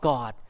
God